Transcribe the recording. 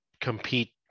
compete